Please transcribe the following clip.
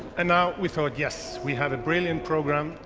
and now we thought, yes, we have a brilliant program.